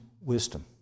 wisdom